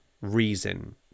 reason